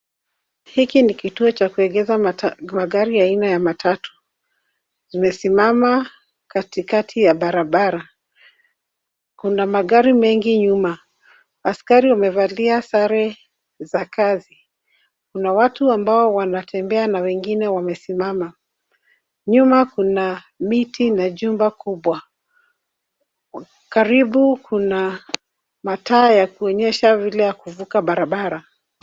Hiki ni kituo cha kuegesha magari aina ya matatu. Zimesimama katikati ya barabara. Kuna magari mengi nyuma. Askari wamevalia sare za kazi. Kuna watu ambao wanatembea na wengine wamesimama. Nyuma kuna miti na jumba kubwa. Karibu kuna mataa ya kuonyesha vile ya kuvuka barabara.